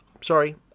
sorry